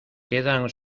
quedan